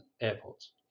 airports